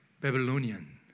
Babylonian